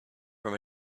from